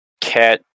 cat